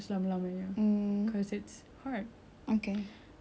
I think I was in like secondary two or sec one